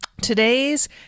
today's